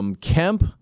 Kemp